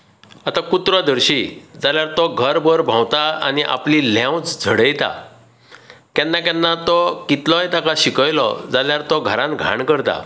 आतां कुत्रो धरशी जाल्यार तो घरभर भोंवता आनी आपली ल्हंव झडयता केन्ना केन्ना तो कितलोय ताका शिकयलो जाल्यार तो घरांत घाण करता